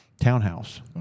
townhouse